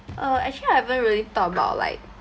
uh actually I haven't really thought about like